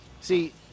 See